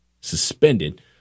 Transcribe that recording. suspended